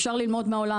אפשר ללמוד מהעולם,